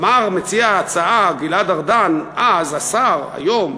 אמר מציע ההצעה אז, גלעד ארדן, השר היום,